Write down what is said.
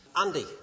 Andy